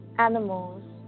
animals